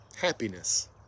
happiness